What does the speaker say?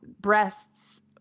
breasts